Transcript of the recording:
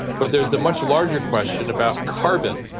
but there is a much larger question about carbon,